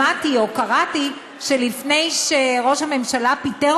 שמעתי או קראתי שלפני שראש הממשלה פיטר